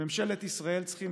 בממשלת ישראל צריכים